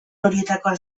horietakoa